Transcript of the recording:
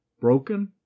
broken